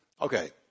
Okay